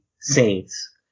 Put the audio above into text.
Saints